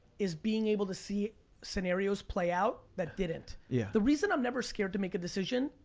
is being able to see scenarios play out that didn't. yeah the reason i'm never scared to make a decision,